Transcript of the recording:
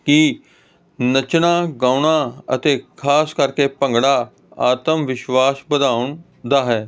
ਕਿ ਨੱਚਣਾ ਗਾਉਣਾ ਅਤੇ ਖਾਸ ਕਰਕੇ ਭੰਗੜਾ ਆਤਮ ਵਿਸ਼ਵਾਸ ਵਧਾਉਣ ਦਾ ਹੈ